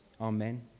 Amen